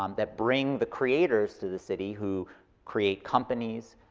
um that bring the creators to the city who create companies,